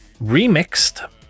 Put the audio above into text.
Remixed